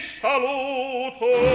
saluto